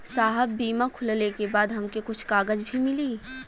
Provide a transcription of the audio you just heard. साहब बीमा खुलले के बाद हमके कुछ कागज भी मिली?